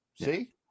see